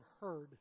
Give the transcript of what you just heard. heard